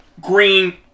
Green